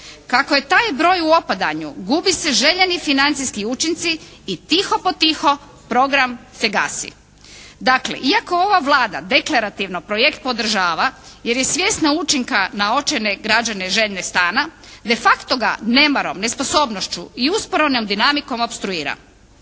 Kako je taj broj u opadanju gubi se željeni financijski učinci i tiho potiho program se gasi. Dakle, iako ova Vlada deklarativno projekt podržava jer je svjesna učinka na očajne građane željne stane de facto ga nemarom, nesposobnošću i usporenom dinamikom opstruira.